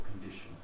condition